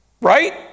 Right